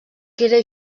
queda